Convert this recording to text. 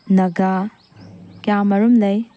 ꯅꯒꯥ ꯀꯌꯥꯃꯔꯨꯝ ꯂꯩ